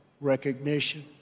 recognition